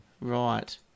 Right